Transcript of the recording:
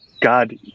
God